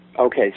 okay